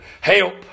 help